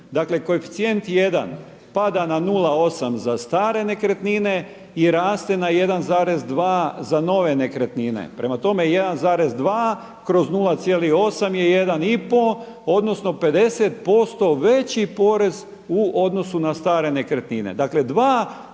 Dakle koeficijent 1 pada na 0,8 za stare nekretnine i raste na 1,2 za nove nekretnine. Prema tome 1,2 kroz 0,8 je 1,5 odnosno 50% veći porez u odnosu na stare nekretnine. Dakle